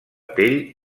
pell